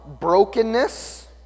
brokenness